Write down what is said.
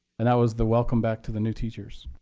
and that was the welcome back to the new teachers.